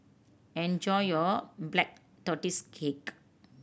enjoy your Black Tortoise Cake